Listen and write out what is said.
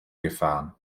gefahren